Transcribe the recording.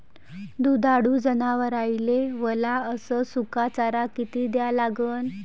दुधाळू जनावराइले वला अस सुका चारा किती द्या लागन?